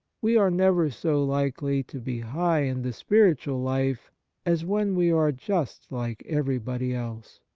we are never so likely to be high in the spiritual life as when we are just like everybody else.